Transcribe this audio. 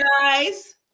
guys